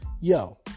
yo